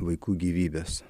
vaikų gyvybes